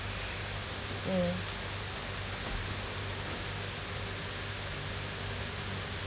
mm